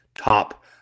top